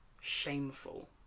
Shameful